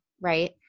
right